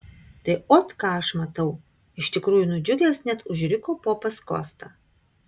tai ot ką aš matau iš tikrųjų nudžiugęs net užriko popas kosta